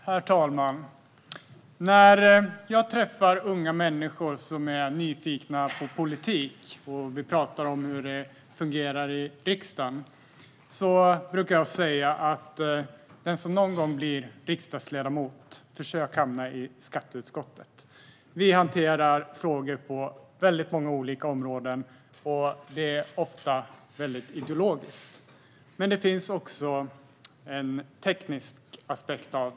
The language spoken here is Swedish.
Herr talman! När jag träffar unga människor som är nyfikna på politik och vi pratar om hur det fungerar i riksdagen brukar jag säga att den som någon gång blir riksdagsledamot ska försöka hamna i skatteutskottet. Vi hanterar frågor på många olika områden, och det är ofta väldigt ideologiskt. Men det finns också en teknisk aspekt.